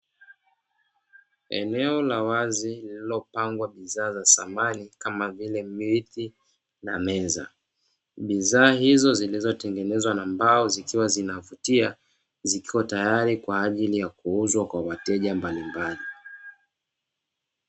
Eneo la wazi lililopangwa bidhaa za samani kama vile viti na meza, bidhaa hizo zilizotengenezwa na mbao zikiwa zinavutia zikiwa tayari kwa ajili ya kuuzwa kwa wateja mbalimbali.